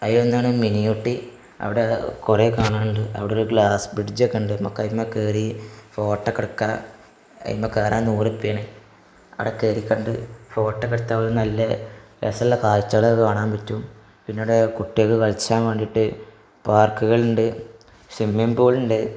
അതു കൊണ്ടാണ് മിനി ഊട്ടി അവിടെ കുറേ കാണാനുണ്ട് അവിടൊരു ഗ്ലാസ്സ് ബ്രിഡ്ജൊക്കെയുണ്ട് നമുക്ക് അതിന്മേൽ കയറി ഫോട്ടോ ഒക്കെയെടുക്കാം അതിന്മേൽ കയറാൻ നൂറുപ്യേണ് ആടെ കയറി കണ്ട് ഫോട്ടോ ഒക്കെ എടുത്താൽ നല്ല രസമുള്ള കാഴ്ചകളൊക്കെ കാണാൻ പറ്റും പിന്നവിടെ കുട്ടികൾക്ക് കളിച്ചാൻ വണ്ടിയിട്ടിട്ട് പാർക്കുകളുണ്ട് സ്വിമ്മിങ്ങ് പൂളുണ്ട്